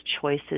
choices